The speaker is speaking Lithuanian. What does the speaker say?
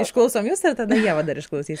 išklausom jus ir tada ievą dar išklausys